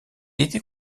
était